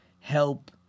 help